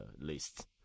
list